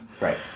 Right